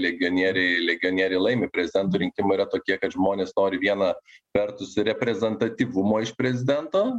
legionieriai legionieriai laimi prezidento rinkimai yra tokie kad žmonės nori viena vertus reprezentatyvumo iš prezidento